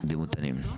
הדימותנים.